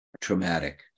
traumatic